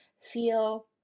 feel